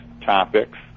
topics